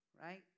right